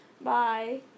Bye